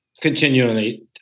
continually